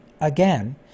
again